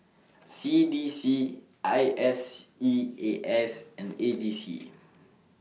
C D C IS E A S and A G C